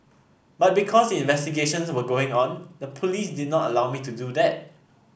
but because the investigations were going on the police did not allow me to do that